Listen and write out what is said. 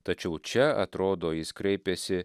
tačiau čia atrodo jis kreipėsi